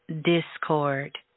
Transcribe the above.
discord